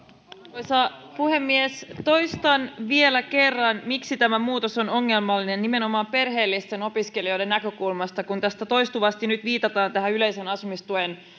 arvoisa puhemies toistan vielä kerran miksi tämä muutos on ongelmallinen nimenomaan perheellisten opiskelijoiden näkökulmasta kun tässä toistuvasti nyt viitataan tähän yleisen asumistuen